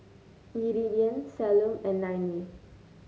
Iridian Salome and Lainey